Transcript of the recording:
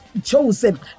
Joseph